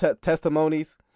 testimonies